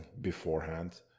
beforehand